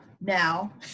now